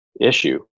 issue